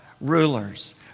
rulers